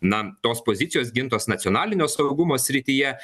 na tos pozicijos gintos nacionalinio saugumo srityje